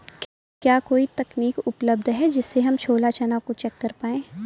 क्या कोई तकनीक उपलब्ध है जिससे हम छोला चना को चेक कर पाए?